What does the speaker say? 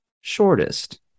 shortest